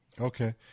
Okay